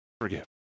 Forgive